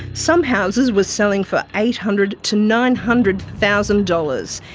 some houses were selling for eight hundred to nine hundred thousand dollars.